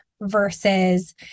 versus